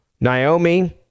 naomi